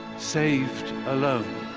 saved alone.